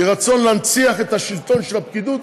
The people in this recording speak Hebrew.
היא רצון להנציח את השלטון של הפקידות,